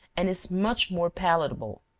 and is much more palatable.